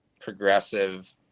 progressive